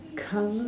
colour